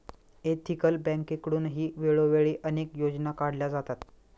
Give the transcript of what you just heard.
ethical बँकेकडूनही वेळोवेळी अनेक योजना काढल्या जातात